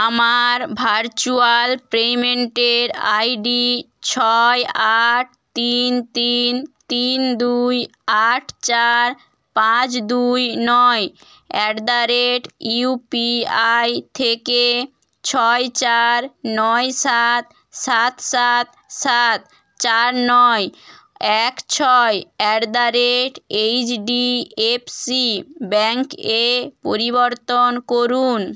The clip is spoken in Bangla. আমার ভার্চুয়াল পেমেন্টের আইডি ছয় আট তিন তিন তিন দুই আট চার পাঁচ দুই নয় অ্যাট দ্য রেট ইউপিআই থেকে ছয় চার নয় সাত সাত সাত সাত চার নয় এক ছয় at the rate HDFC bank এ পরিবর্তন করুন